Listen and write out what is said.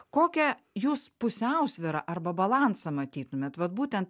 kokią jūs pusiausvyrą arba balansą matytumėt vat būtent